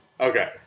okay